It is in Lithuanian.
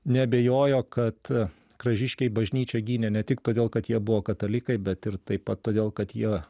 neabejojo kad kražiškiai bažnyčią gynė ne tik todėl kad jie buvo katalikai bet ir taip pat todėl kad jie